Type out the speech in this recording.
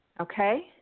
Okay